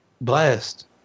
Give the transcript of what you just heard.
Blessed